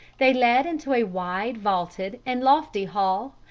they led into a wide vaulted and lofty hall,